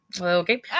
Okay